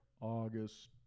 August